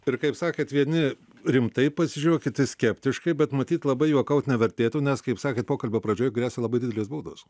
ir kaip sakėt vieni rimtai pasižiūrėjo o kiti skeptiškai bet matyt labai juokaut nevertėtų nes kaip sakėt pokalbio pradžioj gresia labai didelės baudos